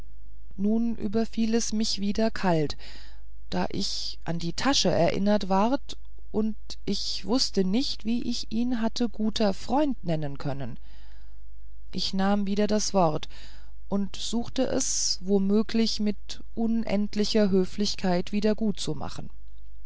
nun überfiel es mich wieder kalt da ich an die tasche erinnert ward und ich wußte nicht wie ich ihn hatte guter freund nennen können ich nahm wieder das wort und suchte es wo möglich mit unendlicher höflichkeit